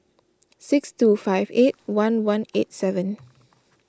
six two five eight one one eight seven